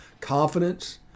confidence